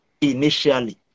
initially